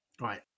Right